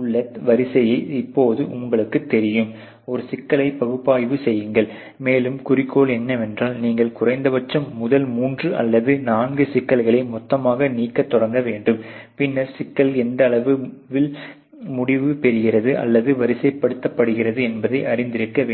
உள்ள வரிசையை இப்போது உங்களுக்கு தெரியும் ஒரு சிக்கலைப் பகுப்பாய்வு செய்யுங்கள் மேலும் குறிக்கோள் என்னவென்றால் நீங்கள் குறைந்தபட்சம் முதல் மூன்று அல்லது நான்கு சிக்கல்களை மொத்தமாக நீக்கத் தொடங்க வேண்டும் பின்னர் சிக்கல் எந்த அளவில் முடிவு பெறுகிறது அல்லது வரிசைப்படுத்தப்படுகிறது என்பதை அறிந்திருக்க வேண்டும்